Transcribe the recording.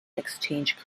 exchange